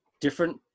different